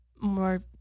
more